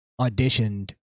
auditioned